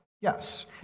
Yes